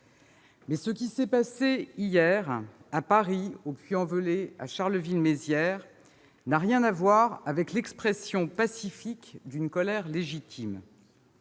Mais ce qui s'est passé hier, à Paris, au Puy-en-Velay, à Charleville-Mézières, n'a rien à voir avec l'expression pacifique d'une colère légitime.